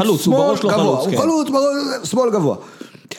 הוא חלוץ, הוא בראש לא חלוץ, כן. הוא חלוץ, בראש... שמאל גבוה.